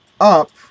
up